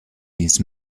his